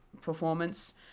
performance